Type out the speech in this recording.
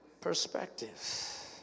perspectives